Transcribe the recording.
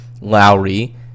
Lowry